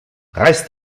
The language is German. reiß